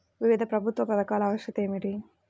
వివిధ ప్రభుత్వా పథకాల ఆవశ్యకత ఏమిటి?